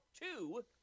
two